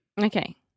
Okay